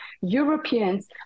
Europeans